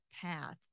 path